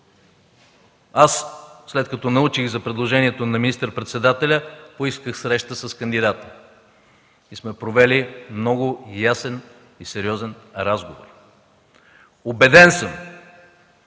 Аз, след като научих за предложението на министър-председателя, поисках среща с кандидата. Проведохме много ясен и сериозен разговор. Убеден съм,